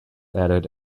added